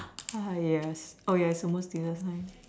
ah yes oh ya it's almost dinner time